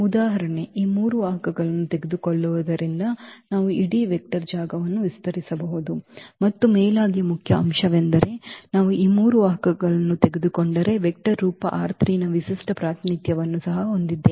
ಉದಾಹರಣೆಗೆ ಈ 3 ವಾಹಕಗಳನ್ನು ತೆಗೆದುಕೊಳ್ಳುವುದರಿಂದ ನಾವು ಇಡೀ ವೆಕ್ಟರ್ ಜಾಗವನ್ನು ವಿಸ್ತರಿಸಬಹುದು ಮತ್ತು ಮೇಲಾಗಿ ಮುಖ್ಯ ಅಂಶವೆಂದರೆ ನಾವು ಈ 3 ವಾಹಕಗಳನ್ನು ತೆಗೆದುಕೊಂಡರೆ ವೆಕ್ಟರ್ ರೂಪ ನ ವಿಶಿಷ್ಟ ಪ್ರಾತಿನಿಧ್ಯವನ್ನು ಸಹ ಹೊಂದಿದ್ದೇವೆ